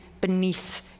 beneath